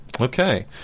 Okay